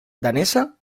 danesa